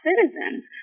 citizens